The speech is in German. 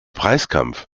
preiskampf